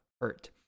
hurt